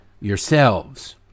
yourselves